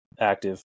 active